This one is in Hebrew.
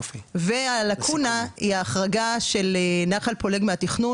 הלקונה היא ההחרגה של נחל פולג מהתכנון